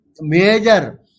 major